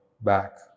back